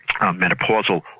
menopausal